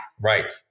Right